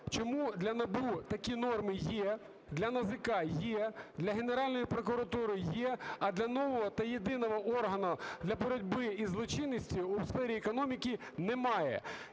Чому для НАБУ такі норми є, для НАЗК є, для Генеральної прокуратури є, а для нового та єдиного органу для боротьби із злочинністю у сфері економіки немає?